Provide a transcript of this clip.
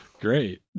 Great